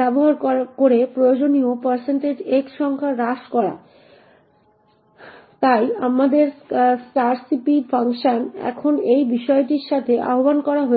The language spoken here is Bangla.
ব্যবহার করে প্রয়োজনীয় x সংখ্যা হ্রাস করা তাই আমাদের strcpy ফাংশনটি এখন এই বিশেষটির সাথে আহ্বান করা হয়েছে